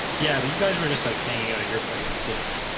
yeah, but you guys were just like hanging out at your place it's different